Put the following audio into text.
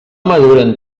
maduren